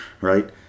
right